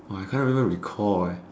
!wah! I can't even recall eh